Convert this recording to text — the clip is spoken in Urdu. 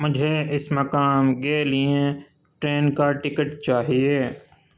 مجھے اس مقام کے لیے ٹرین کا ٹکٹ چاہیے